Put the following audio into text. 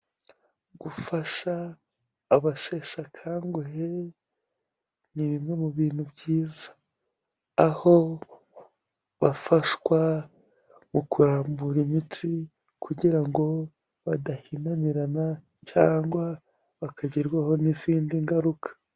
Gufasha abasheshe akanguhe ni bimwe mu bintu byiza, aho bafashwa mu kurambura imitsi kugira ngo badahinamirana cyangwa bakagerwaho n'izindi ngaruka.